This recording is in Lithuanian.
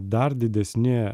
dar didesni